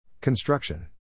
Construction